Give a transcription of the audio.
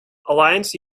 alliance